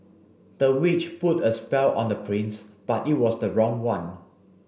the witch put a spell on the prince but it was the wrong one